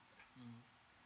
mm